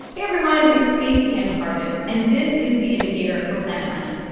everyone. it's stacey and cardiff. and this is the indicator from planet money.